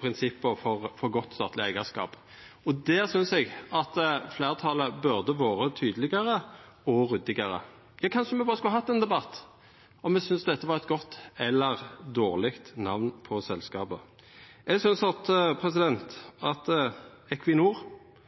prinsippa for godt statleg eigarskap. Og der synest eg at fleirtalet burde vore tydelegare og ryddigare. Ja, kanskje me berre skulle hatt ein debatt om me syntest dette var eit godt eller dårleg namn på selskapet. Eg synest at Equinor er